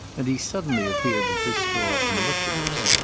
and he suddenly appeared at this door and looked at us.